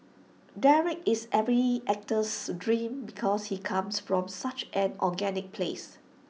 Derek is every actor's dream because he comes from such an organic place